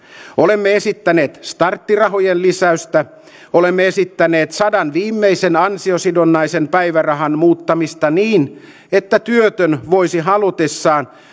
olemme esittäneet starttirahojen lisäystä olemme esittäneet sadan viimeisen ansiosidonnaisen päivärahapäivän muuttamista niin että työtön voisi halutessaan